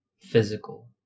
physical